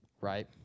right